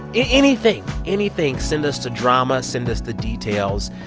and anything, anything send us the drama. send us the details.